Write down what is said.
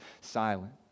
silent